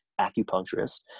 acupuncturist